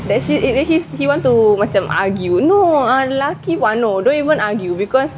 let's say he he he want to macam argue no lelaki pun but no don't even argue because